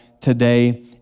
today